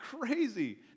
crazy